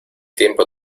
tiempo